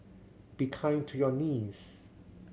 be kind to your knees